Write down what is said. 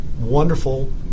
wonderful